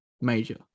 major